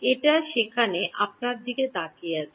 এটা সেখানে আপনার দিকে তাকিয়ে আছে